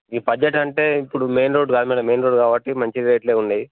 ఈ బడ్జెట్ అంటే ఇప్పుడు మెయిన్ రోడ్ కాదు మేడం మెయిన్ రోడ్డు కాబట్టి మంచి రేట్లే ఉన్నాయి